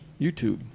youtube